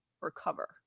recover